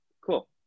Cool